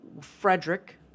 Frederick